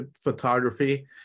photography